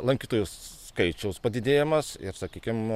lankytojų skaičiaus padidėjimas ir sakykim